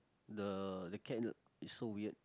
the the cat is so weird